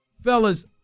fellas